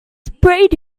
sprayed